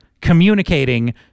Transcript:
communicating